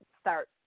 start